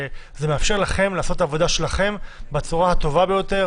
מאפשר לכם לעשות את העבודה שלכם בצורה הטובה ביותר,